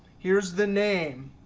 here's the name.